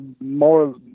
more